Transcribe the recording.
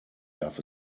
darf